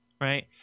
right